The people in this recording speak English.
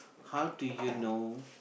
how do you know